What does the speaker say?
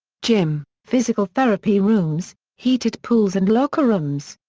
gym, physical therapy rooms, heated pools and locker rooms.